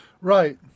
Right